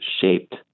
shaped